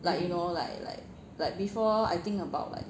like you know like like like before I think about like